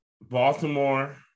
Baltimore